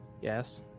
Yes